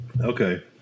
Okay